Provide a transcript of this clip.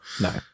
No